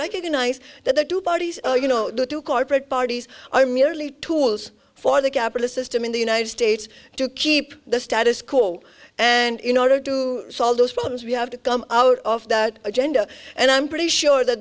recognize that the two parties you know the two corporate parties are merely tools for the capitalist system in the united states to keep the status quo and in order to solve those problems we have to come out of that agenda and i'm pretty sure the